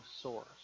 source